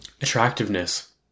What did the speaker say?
Attractiveness